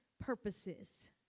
purposes